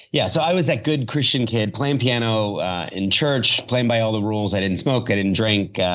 yeah, so i was that good christian kid. playing piano in church, playing by all the rules. i didn't smoke, i didn't drink.